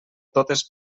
totes